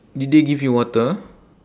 did they give you water